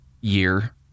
year